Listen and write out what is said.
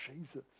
Jesus